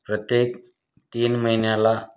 प्रत्येक तीन महिन्याला